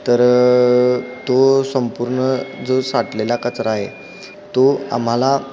तर तो संपूर्ण जो साठलेला कचरा आहे तो आम्हाला